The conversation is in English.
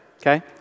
okay